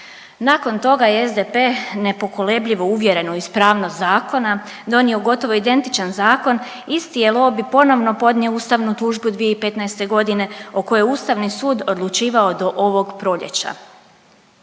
Nakon toga je SDP nepokolebljivo uvjereno ispravnost zakona donio gotovo identičan zakon. Isti je lobij ponovno podnio ustavnu tužbu 2015. godine o kojoj je Ustavni sud odlučivao do ovog proljeća.